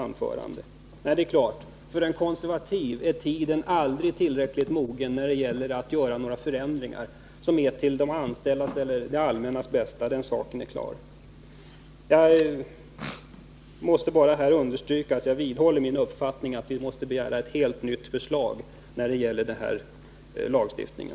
Nej, det är alldeles klart, att för en konservativ är tiden aldrig tillräckligt mogen när det gäller att åstadkomma förändringar som är till de anställdas och till det allmännas bästa. Jag understryker och vidhåller min uppfattning, att vi måste begära ett helt nytt förslag i fråga om den här lagstiftningen.